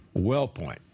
Wellpoint